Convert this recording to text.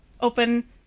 open